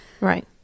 right